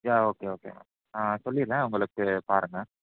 okay okay ஆ சொல்லிடுறேன் உங்களுக்கு பாருங்கள்